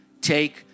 take